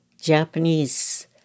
Japanese